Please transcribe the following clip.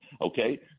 okay